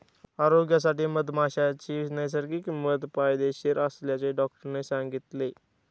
आरोग्यासाठी मधमाशीचे नैसर्गिक मध फायदेशीर असल्याचे डॉक्टरांनी सांगितले